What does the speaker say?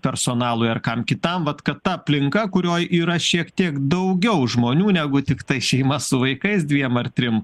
personalui ar kam kitam vat kad ta aplinka kurioj yra šiek tiek daugiau žmonių negu tiktai šeima su vaikais dviem ar trim